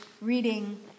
reading